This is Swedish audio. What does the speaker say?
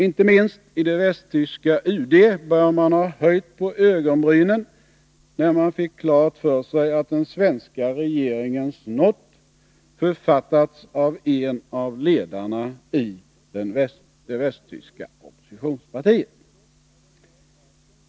Inte minst i det västtyska UD bör man ha höjt på ögonbrynen, när man fick klart för sig att den svenska regeringens not författats av en av ledarna i det västtyska oppositionspartiet.